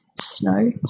snow